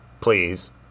please